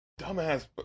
dumbass